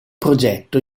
progetto